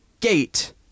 gate